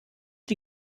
die